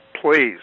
please